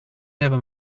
never